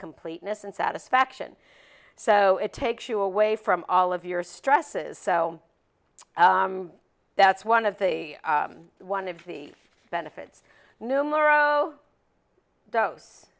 completeness and satisfaction so it takes you away from all of your stresses so that's one of the one of the benefits